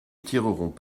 tireront